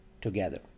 together